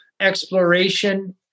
exploration